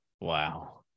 Wow